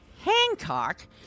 Hancock